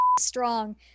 strong